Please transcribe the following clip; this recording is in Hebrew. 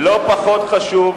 לא פחות חשוב,